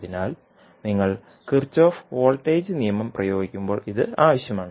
അതിനാൽ നിങ്ങൾ Kirchhoff voltage നിയമം പ്രയോഗിക്കുമ്പോൾ ഇത് ആവശ്യമാണ്